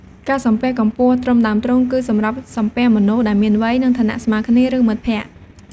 ការសំពះកម្ពស់ត្រឹមដើមទ្រូង គឺសម្រាប់សំពះមនុស្សដែលមានវ័យ និងឋានៈស្មើគ្នា ឬមិត្តភក្តិ។